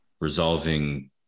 resolving